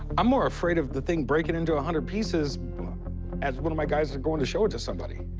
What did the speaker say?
i'm more afraid of the thing breaking into a hundred pieces as one of my guys is going to show it to somebody.